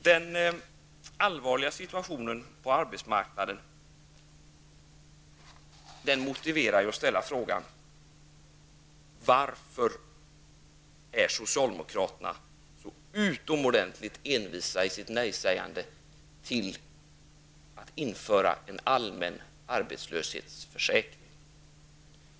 Den allvarliga situationen på arbetsmarknaden motiverar frågan: Varför är socialdemokraterna så utomordentligt envisa i sitt nejsägande till att införa en allmän arbetslöshetsförsäkring?